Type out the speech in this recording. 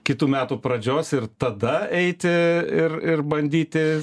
kitų metų pradžios ir tada eiti ir ir bandyti